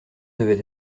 devait